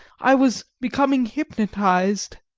i was becoming hypnotised!